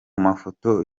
mafoto